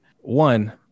one